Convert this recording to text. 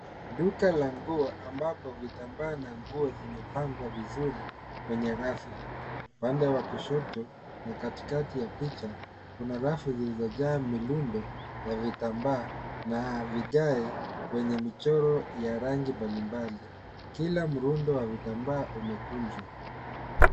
Duka la nguo ambapo vitambaa na nguo zimepangwa vizuri kwenye rafu. Upande wa kushoto na katikati ya picha, kuna rafu zilizojaa mirundo ya vitambaa na vigae kwenye michoro ya rangi mbalimbali. Kila mrundo wa vitambaa umekunjwa.